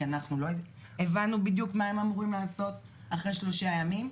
כי אנחנו לא הבנו בדיוק מה הם אמורים לעשות אחרי שלושה ימים.